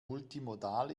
multimodal